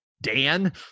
Dan